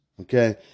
okay